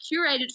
curated